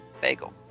bagel